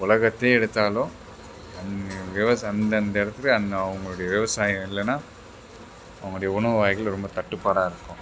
உலகத்தையே எடுத்தாலும் அந் விவசாய அந்தந்த இடத்துக்கு அந் அவர்களுடைய விவசாயம் இல்லைனா அவர்குடைய உணவு வகைகள் ரொம்ப தட்டுபாடாக இருக்கும்